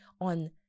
on